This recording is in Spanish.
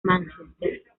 mánchester